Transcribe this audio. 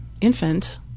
infant